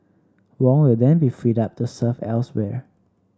Wong will then be freed up to serve elsewhere